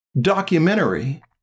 documentary